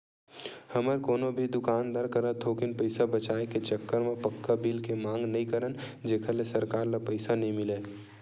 हमन कोनो भी दुकानदार करा थोकिन पइसा बचाए के चक्कर म पक्का बिल के मांग नइ करन जेखर ले सरकार ल पइसा नइ मिलय